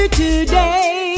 today